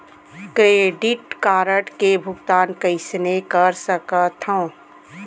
Credit card के भुगतान कईसने कर सकथो?